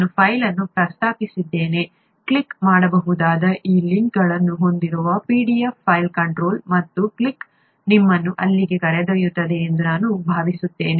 ನಾನು ಫೈಲ್ ಅನ್ನು ಪ್ರಸ್ತಾಪಿಸಿದ್ದೇನೆ ಕ್ಲಿಕ್ ಮಾಡಬಹುದಾದ ಈ ಲಿಂಕ್ಗಳನ್ನು ಹೊಂದಿರುವ pdf ಫೈಲ್ ಕಂಟ್ರೋಲ್ ಮತ್ತು ಕ್ಲಿಕ್ ನಿಮ್ಮನ್ನು ಅಲ್ಲಿಗೆ ಕರೆದೊಯ್ಯುತ್ತದೆ ಎಂದು ನಾನು ಭಾವಿಸುತ್ತೇನೆ